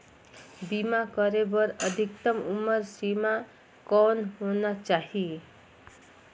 बीमा करे बर अधिकतम उम्र सीमा कौन होना चाही?